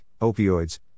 opioids